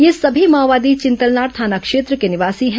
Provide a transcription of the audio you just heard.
ये सभी माओवादी चिंतलनार थाना क्षेत्र के निवासी हैं